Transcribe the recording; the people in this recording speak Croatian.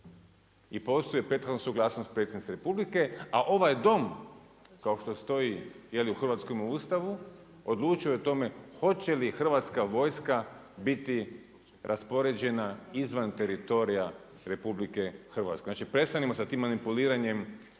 I postoji prethodna suglasnost Predsjednice Republike a ovaj Dom kao što stoji u hrvatskome Ustavu, odlučuje o tome hoće li Hrvatska vojska biti raspoređena izvan teritorija RH. Znači prestanimo sa tim manipuliranjem,